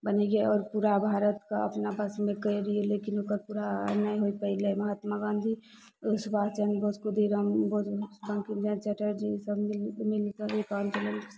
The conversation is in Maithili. बनैऐ आओर पूरा भारत कऽ अपना बशमे करि लिऐ लेकिन ओकर पूरा ही होइ पयलै महात्मा गाँधी सुभाष चंद्र बोस खुद्दी राम बोस बङ्किम चन्द चटर्जी सब मिलके एक आंदोलन